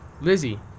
Lizzie